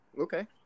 Okay